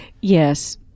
Yes